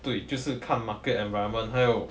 对就是看 market environment 还有